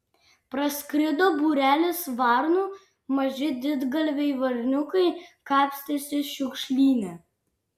praskrido būrelis varnų maži didgalviai varniukai kapstėsi šiukšlyne